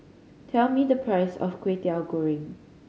tell me the price of Kwetiau Goreng